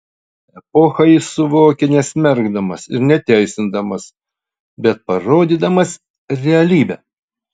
epochą jis suvokia nesmerkdamas ir neteisindamas bet parodydamas realybę